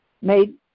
made